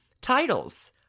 titles